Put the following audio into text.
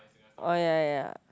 orh ya ya